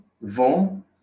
vont